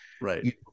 right